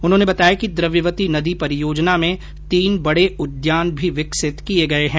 उन्होंने बताया कि द्रव्यवती नदी परियोजना में तीन बड़े उद्यान भी विकसित किए गए हैं